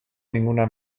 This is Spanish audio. ninguna